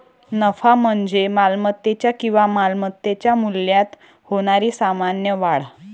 नफा म्हणजे मालमत्तेच्या किंवा मालमत्तेच्या मूल्यात होणारी सामान्य वाढ